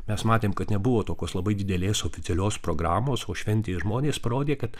mes matėm kad nebuvo tokios labai didelės oficialios programos o šventėj žmonės parodė kad